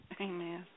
Amen